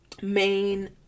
main